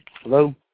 Hello